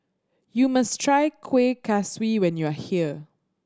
you must try Kuih Kaswi when you are here